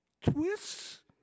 twists